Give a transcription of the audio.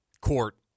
court